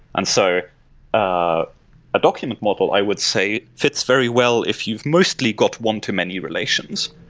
and so ah a document model, i would say, fits very well if you've mostly got one to many relationships.